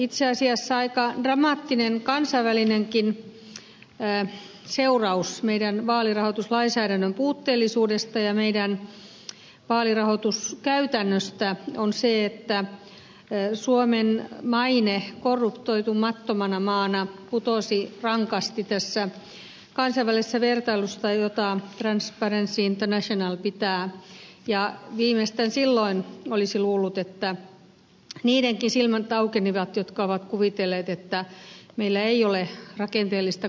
itse asiassa aika dramaattinen kansainvälinenkin seuraus meidän vaalirahoituslainsäädäntömme puutteellisuudesta ja meidän vaalirahoituskäytännöstämme on se että suomen maine korruptoitumattomana maana putosi rankasti tässä kansainvälisessä vertailussa jota transparency international pitää ja viimeistään silloin olisi luullut että niidenkin silmät aukenivat jotka ovat kuvitelleet että meillä ei ole rakenteellista korruptiota